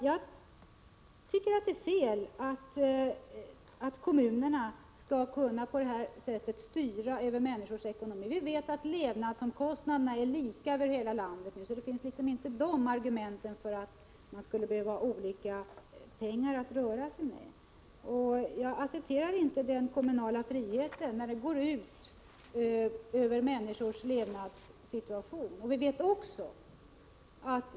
Jag tycker att det är fel att kommunerna på detta sätt kan styra människors ekonomi. Levnadskostnaderna är som bekant lika över hela landet, så de utgör inte något argument i detta sammanhang. Jag accepterar inte den kommunala friheten när denna går ut över människorna och påverkar deras levnadssituation.